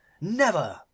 Never